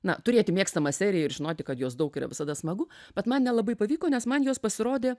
na turėti mėgstamą seriją ir žinoti kad jos daug yra visada smagu bet man nelabai pavyko nes man jos pasirodė